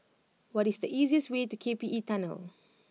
what is the easiest way to K P E Tunnel